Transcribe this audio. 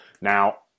now